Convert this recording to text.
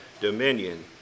dominion